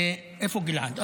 איפה גלעד?